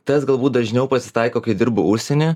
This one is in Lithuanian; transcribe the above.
tas galbūt dažniau pasitaiko kai dirbu užsieny